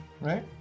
right